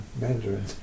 Mandarin